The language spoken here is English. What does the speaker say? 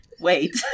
wait